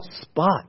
spot